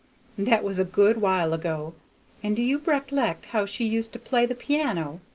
that was a good while ago and do you rec'lect how she used to play the piano?